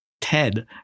Ted